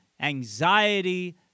anxiety